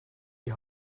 die